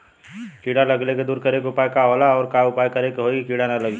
कीड़ा लगले के दूर करे के उपाय का होला और और का उपाय करें कि होयी की कीड़ा न लगे खेत मे?